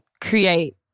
create